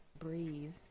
breathe